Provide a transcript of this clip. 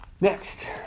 Next